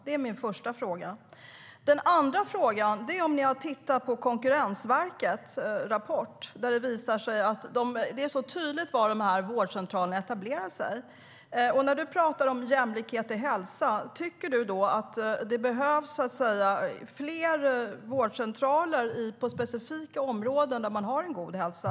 Det är min första fråga. Den andra frågan är om ni har tittat på Konkurrensverkets rapport där det tydligt framkommer var vårdcentralerna etablerar sig. Du talar om jämlikhet i hälsa. Tycker du att det behövs fler vårdcentraler i specifika områden där man har en god hälsa?